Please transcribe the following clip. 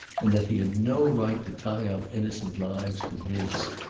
and that he had no right to tie up innocent lives with his.